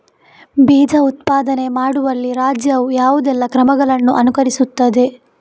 ಬೀಜ ಉತ್ಪಾದನೆ ಮಾಡುವಲ್ಲಿ ರಾಜ್ಯವು ಯಾವುದೆಲ್ಲ ಕ್ರಮಗಳನ್ನು ಅನುಕರಿಸುತ್ತದೆ?